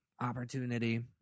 opportunity